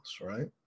right